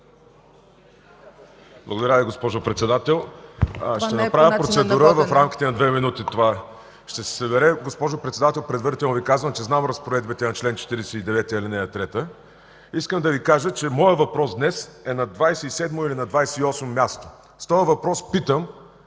Благодаря Ви, госпожо Председател. Ще направя процедура. В рамките на две минути това ще се събере. Госпожо Председател, предварително Ви казвам, че знам разпоредбите на чл. 49, ал. 3. Искам да Ви кажа, че въпросът ми днес е на 27-мо или 28-мо място. С този въпрос питам